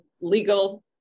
legal